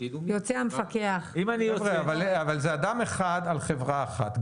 זה אדם אחד על חברה אחת.